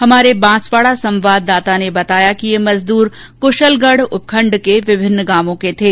हमारे बांसवाड़ा संवाददाता ने बताया कि ये मजदूर कुशलगढ़ उपखंड के विभिन्न गांवों के थे